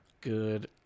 Good